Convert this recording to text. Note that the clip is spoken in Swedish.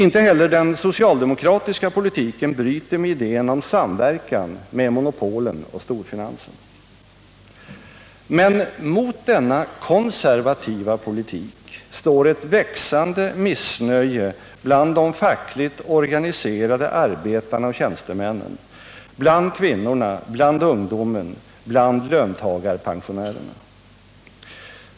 Inte heller den socialdemokratiska politiken bryter med idén om samverkan med monopolen och storfinansen. Men mot denna konservativa politik står ett växande missnöje bland de fackligt organiserade arbetarna och tjänstemännen, bland kvinnorna, bland ungdomen och bland löntagarpensionärerna.